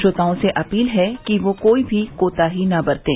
श्रोताओं से अपील है कि कोई भी कोताही न बरतें